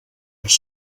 els